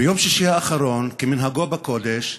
ביום שישי האחרון, כמנהגו בקודש,